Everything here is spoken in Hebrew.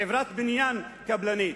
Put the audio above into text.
חברת בניין קבלנית.